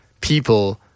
people